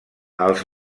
els